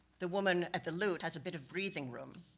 the woman at the lute has a bit of breathing room.